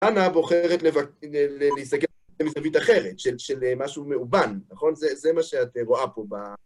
אנה בוחרת להיסגר את זה מזווית אחרת, של משהו מאובן, נכון? זה מה שאת רואה פה ב...